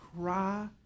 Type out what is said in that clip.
cry